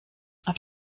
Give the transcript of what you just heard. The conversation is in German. auf